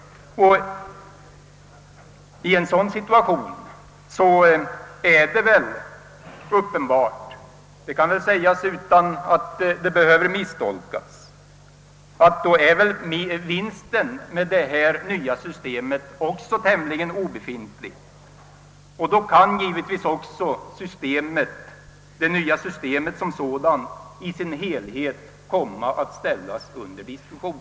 I en sådan situation är det uppenbart — detta kan väl sägas utan att det behöver misstolkas — att vinsten med det nya systemet i varje fall på denna punkt också är tämligen obefintlig, och då kan givetvis också det nya systemet som sådant i sin helhet komma att ställas under diskussion.